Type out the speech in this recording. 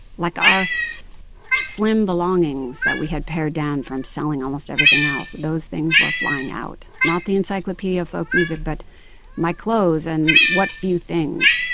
like, our slim belongings that we had pared down from selling almost everything else, those things were flying out, not the encyclopedia of folk music but my clothes and what few things